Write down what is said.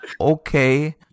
okay